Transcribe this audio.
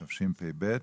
תשפ"ב.